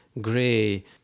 gray